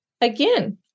again